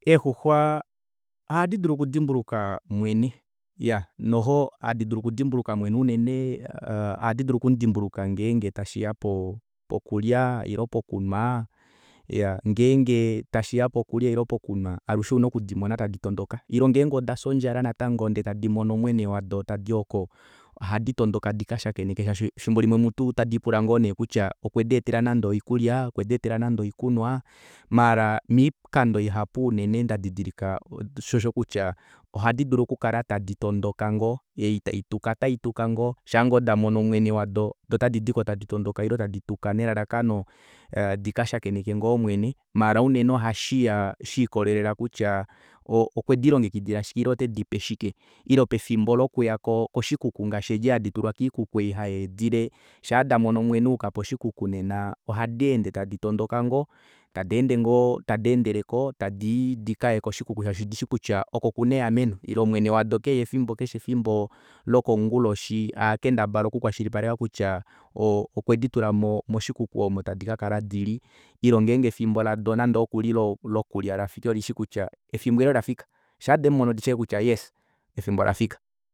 Eexuxwa ohadi dulu okudimbuluka mwene iya noxo ohadi dulu oku dimbuluka mwene unene ngeenge tashiya po pokulya ile pokunwa ngenge tashiya pokulya ile pokunwa alushe ouna okudimona tadi tondoka ile ngeenge odafya ondjala natango ndee tadi mono mwene wado tadi oko ohadi lotoka natango dikashakeneke shaashi efimbo limwe mutu ota diipula ngoo neekutya okwedeetela nande oikulya okwe deetela nande oikunwa maara miikando ihapu unene ndadidilika oshosho kutya ohadi dulu okukala tadi tondoka ngoo ei taituka otaituka ngoo shaangoo damono mwene wado doo ota didiko tadi tuka ile tadi lotoka nelalakano dikashakeneke ngoo mwene maara unene ohashiya shikolela kutya okwe dilongekidila shike ile otedipe shike ile pefimbo lokuya ko koshikuku ngaashi edi hadi tulwa kiikuku ei hayiidile shaa damono mwene ayuka poshikuku nena oha deende tadi tondoka ngo tadeende ngoo tadeendeleko tadii dikaye koshikuku shaashi odishi kutya oko kuna eameno ile mwene wado keshe efimbo keshefimbo lokonguloshi ohakendabala oku kwashilipaleka kutya oo okwe ditula moshikuku oomo tadi kakala dili ile ngeenge efimbo lado nande okuli lokulya olafiki olishi kutya efimbo eli olafika shaademumono odishi aike kutya yes efimbo olafika